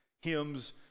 hymns